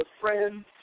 friends